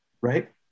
Right